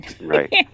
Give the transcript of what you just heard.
Right